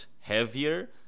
heavier